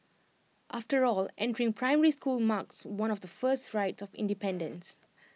after all entering primary school marks one of the first rites of independence